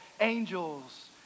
angels